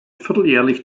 vierteljährlich